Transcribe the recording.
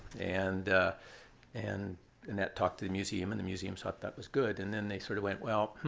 and and annette talked to the museum, and the museum thought that was good. and then they sort of went, well,